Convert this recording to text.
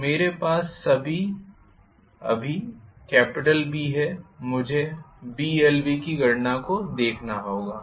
तो मेरे पास अभी B है मुझे Blv की गणना को देखना होगा